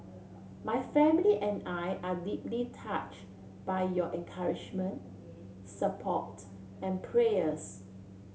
my family and I are deeply touch by your encouragement support and prayers